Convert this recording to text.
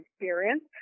experience